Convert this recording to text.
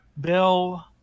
bill